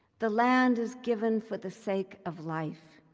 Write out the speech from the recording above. the land is given for the sake of life,